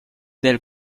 del